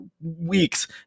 weeks